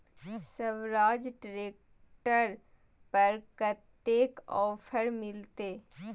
Swaraj tractor पर कतेक offer मिलते?